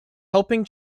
helping